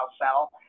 sell